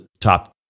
top